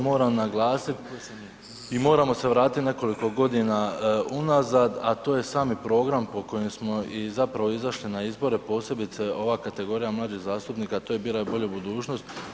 Moram naglasit i moramo se vratiti nekoliko godina unazad, a to je sami program po kojem smo i zapravo izašli na izbore, posebice ova kategorija mlađih zastupnika, to je Biraj bolju budućnost.